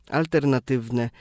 alternatywne